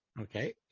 Okay